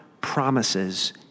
promises